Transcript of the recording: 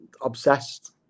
obsessed